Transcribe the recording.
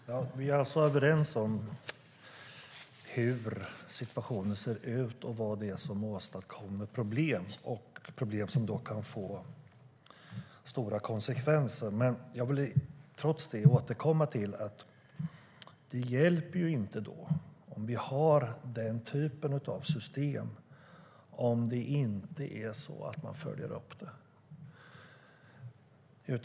Fru talman! Vi är alltså överens om hur situationen ser ut och vad det är som åstadkommer problem, problem som kan få stora konsekvenser. Men jag vill trots det återkomma till att det inte hjälper om vi har denna typ av system om man inte följer upp det.